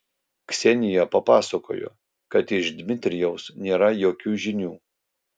ksenija papasakojo kad iš dmitrijaus nėra jokių žinių